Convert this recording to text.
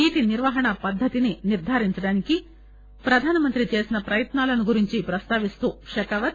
నీటి నిర్వహణ పద్ధతిని నిర్గారించడానికి ప్రధానమంత్రి చేసిన ప్రయత్నాలను సభలో ప్రస్తావిస్తూ షెకావత్